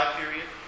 period